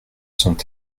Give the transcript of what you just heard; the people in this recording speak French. sont